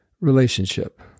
relationship